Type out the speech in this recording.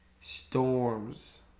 storms